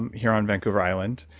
here on vancouver island.